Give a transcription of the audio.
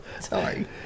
sorry